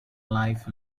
life